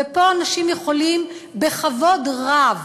ופה אנשים יכולים בכבוד רב